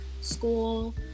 school